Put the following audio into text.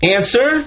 Answer